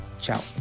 Ciao